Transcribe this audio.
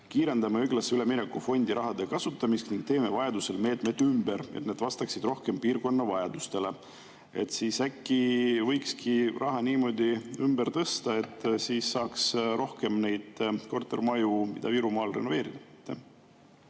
"Kiirendame Õiglase ülemineku fondi (ÕÜF) rahade kasutamist ning teeme vajadusel meetmed ümber, et need vastaksid rohkem piirkonna vajadustele"? Äkki võikski raha niimoodi ümber tõsta, et saaks rohkem kortermaju Ida-Virumaal renoveerida?